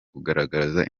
kugaragaza